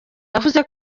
yavuze